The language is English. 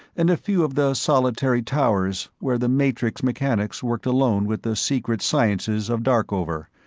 and a few of the solitary towers where the matrix mechanics worked alone with the secret sciences of darkover,